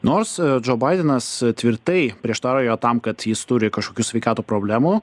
nors džo baidenas tvirtai prieštarauja tam kad jis turi kažkokių sveikato problemų